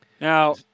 Now